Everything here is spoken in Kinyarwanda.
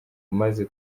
maze